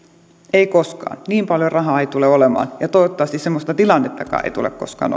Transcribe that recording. ei koskaan niin paljon rahaa ei tule olemaan ja toivottavasti semmoista tilannettakaan ei tule koskaan